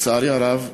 לצערי הרב,